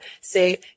say